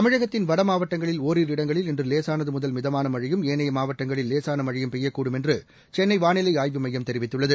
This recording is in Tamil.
தமிழகத்தின் வடமாவட்டங்களில் ஒரிரு இடங்களில் இன்று லேசானது முதல் மிதமான மழையும் ஏனைய மாவட்டங்களில் லேசான மழையும் பெய்யக்கூடும் என்று சென்னை வானிலை ஆய்வு மையம் தெரிவித்துள்ளது